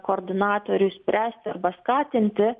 koordinatoriui spręsti arba skatinti